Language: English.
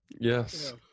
Yes